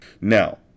Now